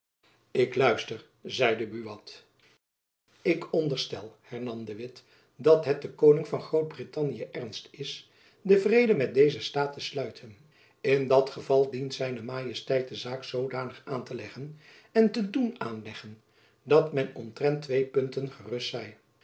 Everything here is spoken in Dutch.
ik luister zeide buat ik onderstel hernam de witt dat het den koning van groot-brittanje ernst is den vrede met dezen staat te sluiten in dat geval dient zijne majesteit de zaak zoodanig aan te leggen en te doen aanleggen dat men omtrent twee punten gerust zij